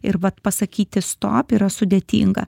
ir vat pasakyti stop yra sudėtinga